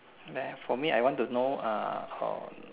then for me I want to know uh or